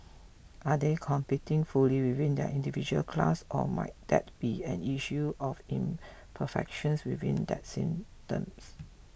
are they competing fully within their individual class or might that be an issue of imperfections within that systems